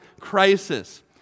crisis